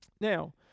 Now